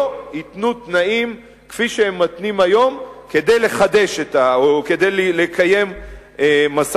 לא התנו תנאים כפי שהם מתנים היום כדי לחדש או כדי לקיים משא-ומתן.